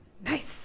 Nice